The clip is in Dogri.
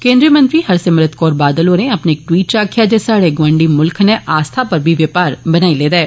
केन्द्री मंत्री हरसिमरत कौर बादल होरें अपने इक द्वीट च आक्खेआ जे स्हाड़े गोआंडी मुल्खै नै आस्था पर बी बपार बनाई लेदा ऐ